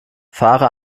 fahre